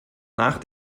nach